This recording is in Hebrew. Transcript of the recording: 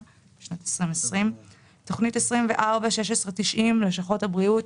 שנת 2020. תוכנית 241690 לשכות הבריאות,